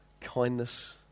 kindness